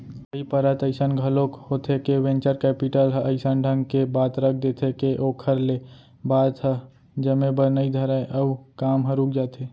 कई परत अइसन घलोक होथे के वेंचर कैपिटल ह अइसन ढंग के बात रख देथे के ओखर ले बात ह जमे बर नइ धरय अउ काम ह रुक जाथे